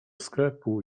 sklepu